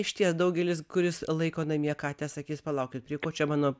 išties daugelis kuris laiko namie katę sakys palaukit prie ko čia mano